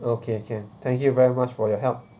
okay can thank you very much for your help